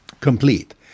complete